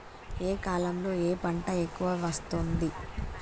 ఏ కాలంలో ఏ పంట ఎక్కువ వస్తోంది?